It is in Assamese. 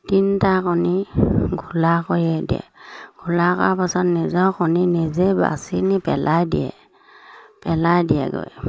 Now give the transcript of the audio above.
তিনিটা কণী ঘোলা কৰি দিয়ে ঘোলা কৰাৰ পাছত নিজৰ কণী নিজে বাচি নি পেলাই দিয়ে পেলাই দিয়েগৈ